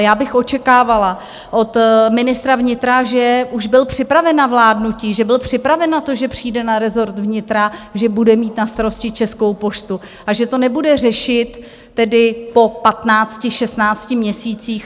Já bych očekávala od ministra vnitra, že už byl připraven na vládnutí, že byl připraven na to, že přijde na rezort vnitra, že bude mít na starosti Českou poštu a že to nebude řešit tedy po patnácti, šestnácti měsících.